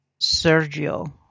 Sergio